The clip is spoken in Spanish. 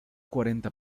cuarenta